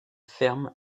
fermes